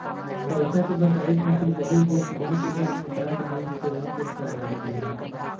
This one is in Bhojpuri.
पइसा के बचावे खातिर बहुत देश डाकघर में डाक बैंक सेवा के चला रहल बा